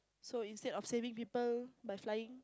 so instead of saving people by flying